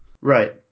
Right